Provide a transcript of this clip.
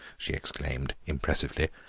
she exclaimed impressively,